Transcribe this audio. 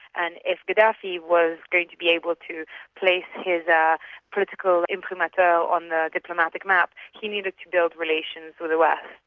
and if gaddafi was going to be able to place his ah political imprimatur on the diplomatic map, he needed to build relations with the west.